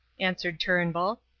answered turnbull.